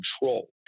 control